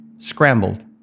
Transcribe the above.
Scrambled